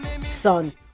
son